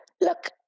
Look